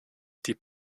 die